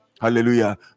hallelujah